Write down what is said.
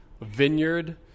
vineyard